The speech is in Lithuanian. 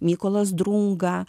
mykolas drunga